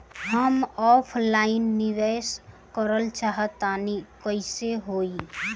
हम ऑफलाइन निवेस करलऽ चाह तनि कइसे होई?